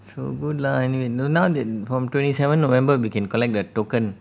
so good lah anyw~ no now the~ from twenty seven november we can collect the token